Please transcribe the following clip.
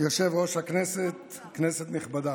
יושב-ראש הישיבה, כנסת נכבדה,